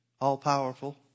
all-powerful